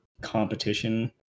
competition